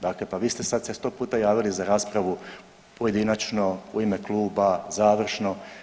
Dakle, pa vi ste sad sto puta se javili za raspravu pojedinačno u ime kluba, završno.